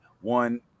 one